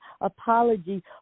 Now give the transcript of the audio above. apology